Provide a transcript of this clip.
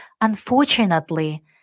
unfortunately